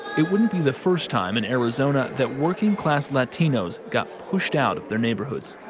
it wouldn't be the first time in arizona that working-class latinos got pushed out of their neighborhoods.